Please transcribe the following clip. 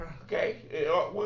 Okay